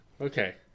okay